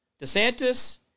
DeSantis